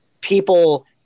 people